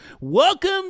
Welcome